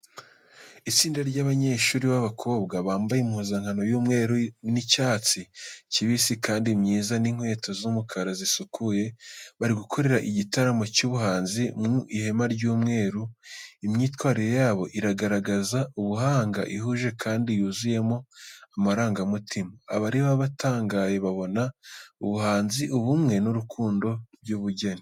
Itsinda ry’abanyeshuri b’abakobwa bambaye impuzankano y’umweru n’icyatsi kibisi kandi myiza n’inkweto z’umukara zisukuye, bari gukorera igitaramo cy’ubuhanzi mu ihema ry’umweru. Imyitwarire yabo iragaragaza ubuhanga, ihuje kandi yuzuyemo amarangamutima. Abareba batangaye, babona ubuhanzi, ubumwe n’urukundo rw’ubugeni.